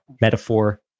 metaphor